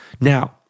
Now